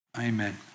Amen